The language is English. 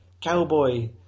cowboy